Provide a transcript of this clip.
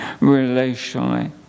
relationally